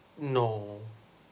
no